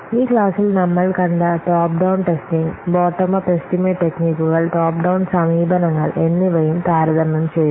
ഈ ക്ലാസ്സിൽ നമ്മൾ കണ്ട top down testing bottom up estimate ടെക്നിക്കുകൾ ടോപ്പ് ഡൌൺ സമീപനങ്ങൾ എന്നിവയും താരതമ്യം ചെയ്തു